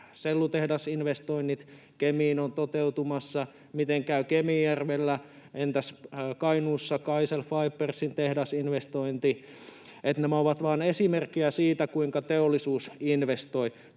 sellutehdasinvestoinnit Kemiin ovat toteutumassa. Miten käy Kemijärvellä? Entäs Kainuussa KaiCell Fibersin tehdasinvestointi? Nämä ovat vain esimerkkejä siitä, kuinka teollisuus investoi.